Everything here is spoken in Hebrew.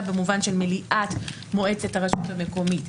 במובן של מליאת מועצת הרשות המקומית,